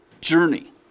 journey